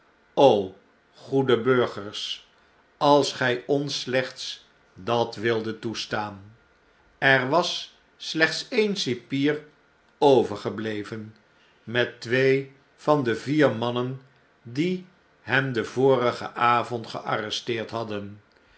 o goede burgers als gy ons slechts dat wildet toestaan er was slechts een cipier overgebleven met twee van de vier mannen die hem den vorigen avond gearresteerd hadden